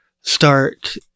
start